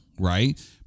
right